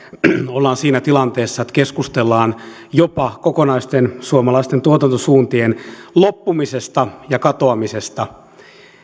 ollaan siinä tilanteessa että keskustellaan jopa kokonaisten suomalaisten tuotantosuuntien loppumisesta ja katoamisesta